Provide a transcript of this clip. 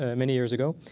ah many years ago.